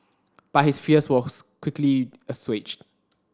but his fears were quickly assuaged